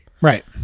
Right